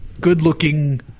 good-looking –